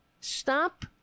Stop